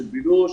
של בילוש,